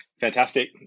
Fantastic